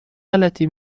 غلطی